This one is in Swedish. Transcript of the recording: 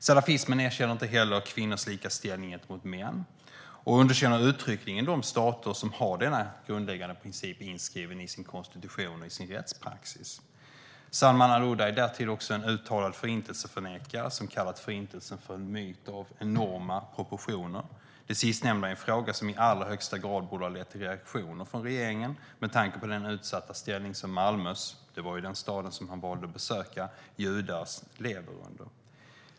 Salafismen erkänner inte heller kvinnors lika ställning gentemot män och underkänner uttryckligen de stater som har denna grundläggande princip inskriven i sin konstitution och rättspraxis. Salman al-Ouda är därtill också en uttalad Förintelseförnekare som har kallat Förintelsen en myt av enorma proportioner. Det sistnämnda är en fråga som i allra högsta grad borde ha lett till reaktioner från regeringen med tanke på den utsatta ställning som Malmös, den stad han valde att besöka, judar lever under.